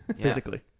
physically